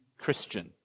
Christian